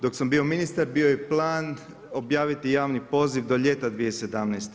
Dok sam bio ministar bio je plan objaviti javni poziv do ljeta 2017.